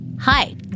Hi